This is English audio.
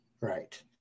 Right